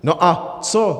No a co?